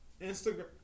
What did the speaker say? Instagram